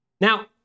Now